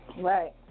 Right